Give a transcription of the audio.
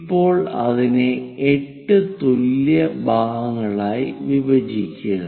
ഇപ്പോൾ അതിനെ 8 തുല്യ ഭാഗങ്ങളായി വിഭജിക്കുക